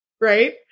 Right